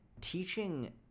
teaching